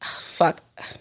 fuck